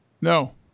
No